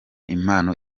impano